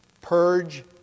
purge